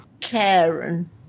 Karen